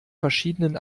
verschiedenen